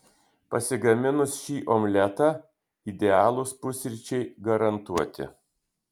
pasigaminus šį omletą idealūs pusryčiai garantuoti